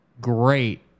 great